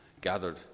gathered